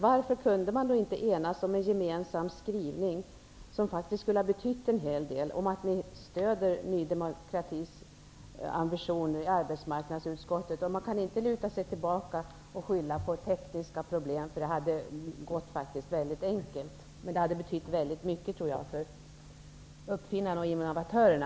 Varför kunde ni då inte enas om en gemensam skrivning, som faktiskt skulle ha betytt en hel del, om att ni stöder Ny demokratis ambitioner i arbetsmarknadsutskottet? Man kan inte luta sig tillbaka och skylla på tekniska problem, utan detta hade gått att göra mycket enkelt, men jag tror att det hade betytt mycket för uppfinnarna och innovatörerna.